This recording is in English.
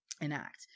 enact